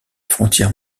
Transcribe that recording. frontière